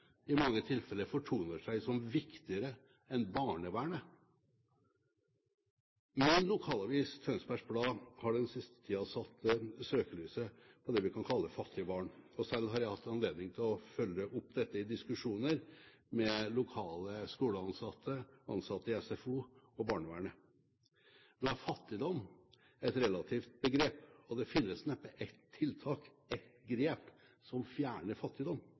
i mange tilfeller fortoner seg som viktigere enn barnevernet. Min lokalavis, Tønsbergs Blad, har den siste tiden satt søkelyset på det vi kan kalle fattige barn, og selv har jeg hatt anledning til å følge opp dette i diskusjoner med lokale skoleansatte, ansatte i SFO og barnevernet. Nå er fattigdom et relativt begrep, og det finnes neppe ett tiltak, ett grep, som fjerner fattigdom.